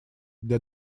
для